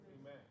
Amen